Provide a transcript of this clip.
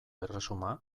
erresuma